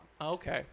Okay